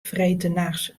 freedtenachts